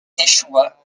échoua